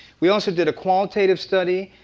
we also did a qualitative study.